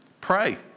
Pray